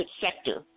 sector